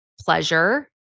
pleasure